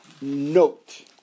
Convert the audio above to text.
note